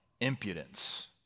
Impudence